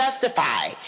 justify